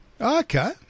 Okay